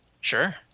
Sure